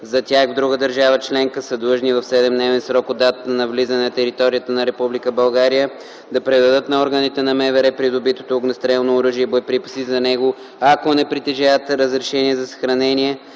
за тях в друга държава – членка, са длъжни в седемдневен срок от датата на влизане на територията на Република България да предадат на органите на МВР придобитото огнестрелно оръжие и боеприпаси за него, ако не притежават разрешение за съхранение,